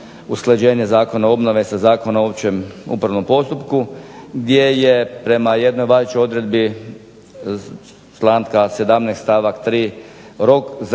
usklađenje Zakona obnove sa Zakonom o općem upravnom postupku gdje je prema jednoj važećoj odredbi članka 17. stavak 3. rok za